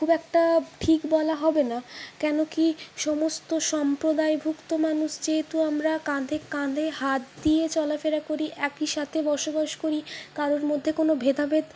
খুব একটা ঠিক বলা হবে না কেনকি সমস্ত সম্প্রদায়ভুক্ত মানুষ যেহেতু আমরা কাঁধে কাঁধে হাত দিয়ে চলাফেরা করি একই সাথে বসবাস করি কারও মধ্যে কোনও ভেদাভেদ